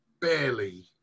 barely